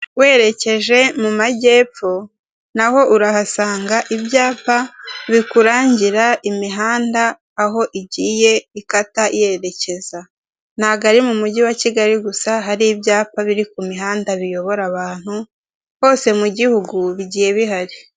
Werekeje mumajyepfo na ho urahasanga ibyapa bikurangira imihanda aho igiye ikata yerekeza. Ntago ari mumujyi wa Kigali hari ibyapa biri kumuhanda biyobora abantu, hose mugihugu bigiye bihari.